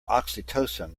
oxytocin